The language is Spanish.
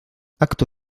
acto